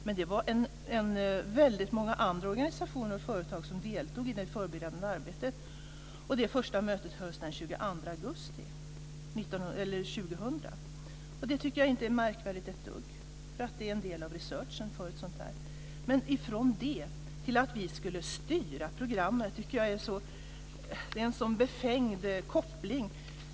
Men det var väldigt många andra organisationer och företag som deltog i det förberedande arbetet. Detta första möte hölls den 22 augusti 2000. Det tycker jag inte är ett dugg märkvärdigt. Det är en del av researchen för ett sådant här program. Men från det till att vi skulle styra programmet tycker jag är en befängd koppling.